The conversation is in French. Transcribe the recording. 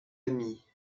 amie